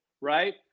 right